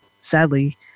sadly